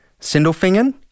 Sindelfingen